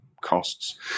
costs